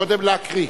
קודם להקריא.